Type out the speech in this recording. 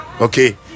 okay